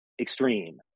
extreme